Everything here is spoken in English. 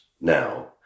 now